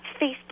Facebook